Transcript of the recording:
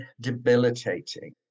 debilitating